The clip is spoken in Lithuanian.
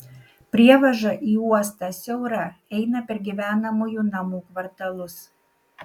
prievaža į uostą siaura eina per gyvenamųjų namų kvartalus